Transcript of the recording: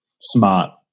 Smart